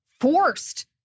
forced